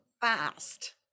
fast